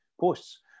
posts